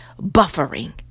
buffering